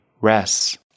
rests